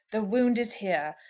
the wound is here.